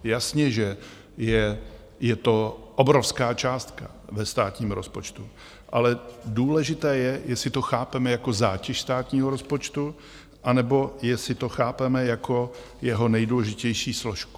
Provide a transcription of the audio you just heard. Jasně, že je to obrovská částka ve státním rozpočtu, ale důležité je, jestli to chápeme jako zátěž státního rozpočtu, anebo jestli to chápeme jako jeho nejdůležitější složku.